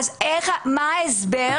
מה ההסבר